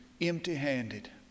empty-handed